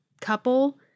couple